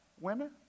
women